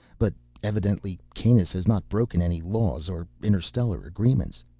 but evidently kanus has not broken any laws or interstellar agreements.